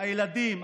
הילדים,